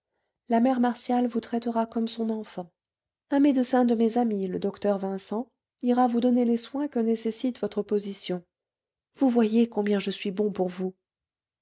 la mère martial vous traitera comme son enfant un médecin de mes amis le docteur vincent ira vous donner les soins que nécessite votre position vous voyez combien je suis bon pour vous